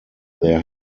there